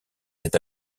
s’est